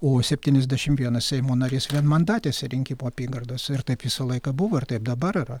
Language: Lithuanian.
o septyniasdešimt vienas seimo narys vienmandatėse rinkimų apygardose ir taip visą laiką buvo ir taip dabar yra